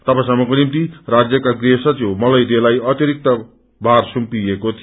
तबसम्मको निश्ति राज्यका गृहसचिव मलय दे लाई अतिरिक्त भार सुम्पिइएको थियो